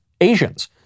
Asians